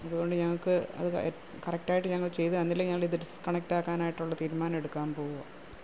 അതുകൊണ്ട് ഞങ്ങൾക്ക് അത് കറക്റ്റ് ആയിട്ട് ഞങ്ങൾ ചെയ്ത് തന്നില്ലെങ്കിൽ ഞങ്ങൾ ഇത് ഡിസ്ക്കണെക്ട് ആക്കാനായിട്ടുള്ള തീരുമാനം എടുക്കാൻ പോവുകയാ